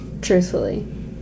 Truthfully